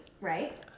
Right